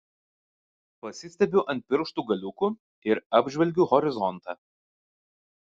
pasistiebiu ant pirštų galiukų ir apžvelgiu horizontą